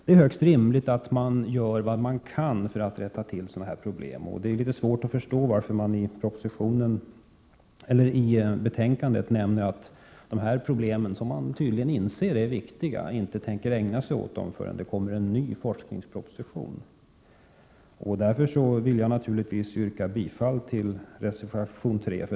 Det är högst rimligt att man gör vad man kan för att rätta till sådana här problem. Det är litet svårt att förstå varför man i betänkandet säger att man inte tänker ägna sig åt dessa problem — som man tydligen inser är viktiga — förrän det kommer en ny forskningsproposition. Därför vill jag yrka bifall till reservation 3.